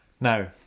Now